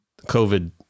COVID